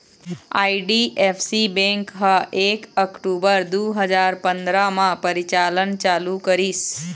IDFC bank ह एक अक्टूबर दू हजार पंदरा म परिचालन चालू करिस